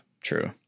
True